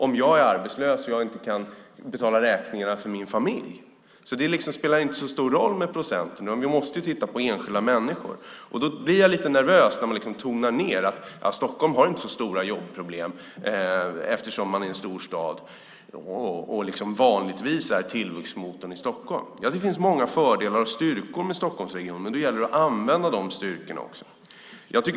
Om jag är arbetslös och inte kan betala räkningarna för min familj spelar det inte så stor roll med procenten. Vi måste titta på enskilda människor. Jag blir lite nervös när man tonar ned detta och säger att Stockholm inte har så stora jobbproblem eftersom Stockholm är en stor stad och vanligtvis är tillväxtmotorn i regionen. Visst finns det många fördelar och styrkor med Stockholmsregionen, men då gäller det också att använda de styrkorna.